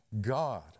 God